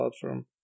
platform